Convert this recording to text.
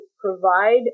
provide